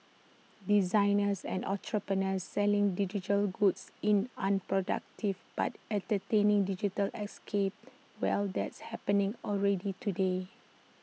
designers and entrepreneurs selling digital goods in unproductive but entertaining digital escapes well that's happening already today